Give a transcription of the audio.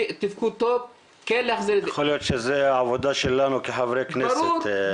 יכול להיות שזה העבודה שלנו כחברי כנסת.